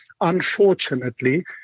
Unfortunately